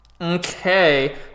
Okay